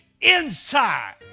inside